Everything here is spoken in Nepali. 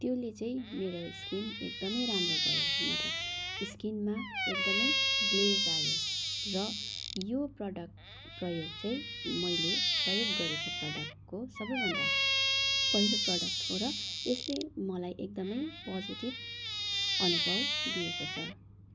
त्यसले चाहिँ मेरो स्किन एकदमै राम्रो भयो मतलब स्किनमा एकदमै ग्लेज आयो र यो प्रडक्ट प्रयोग चाहिँ मैलै प्रयोग गरेको प्रडक्टको सबैभन्दा पहिलो प्रडक्ट हो र यसले मलाई एकदमै पोजेटिभ अनुभव दिएको छ